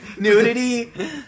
Nudity